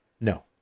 No